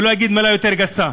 ולא אגיד מילה יותר גסה.